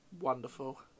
Wonderful